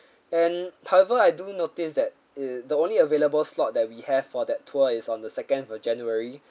and however I do notice that uh the only available slot that we have for that tour is on the second of january